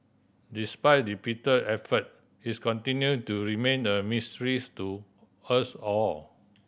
despite repeated effort his continue to remain a mystery to us all